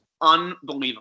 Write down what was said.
unbelievable